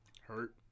Hurt